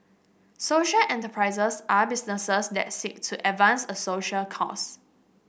social enterprises are businesses that seek to advance a social cause